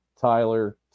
Tyler